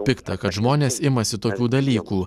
pikta kad žmonės imasi tokių dalykų